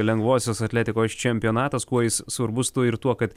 lengvosios atletikos čempionatas kuo jis svarbus tuo ir tuo kad